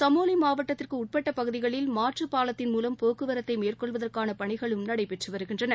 ச்மோலி மாவட்டத்திற்கு உட்பட்ட பகுதிகளில் மாற்று பாலத்தின் மூலம் போக்குவரத்தை மேற்கொள்வதற்கான பணிகளும் நடைபெற்று வருகின்றன